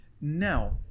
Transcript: Now